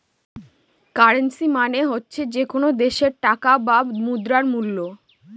currency মানে হচ্ছে যে কোনো দেশের টাকা বা মুদ্রার মুল্য